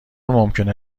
ممکنه